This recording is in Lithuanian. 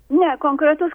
ne konkretus